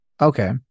Okay